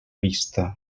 vista